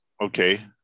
Okay